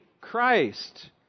Christ